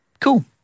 Cool